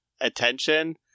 attention